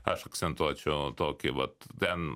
aš akcentuočiau tokį vat ten